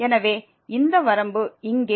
எனவே இந்த வரம்பு இங்கே உள்ளது